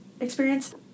experience